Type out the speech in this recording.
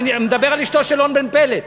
אני אדבר על אשתו של און בן פלת.